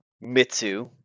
Mitsu